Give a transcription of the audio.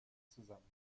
zusammen